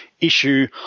issue